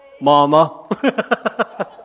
Mama